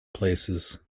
places